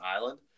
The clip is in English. island